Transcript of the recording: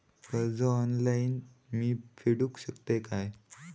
कर्ज ऑनलाइन मी फेडूक शकतय काय?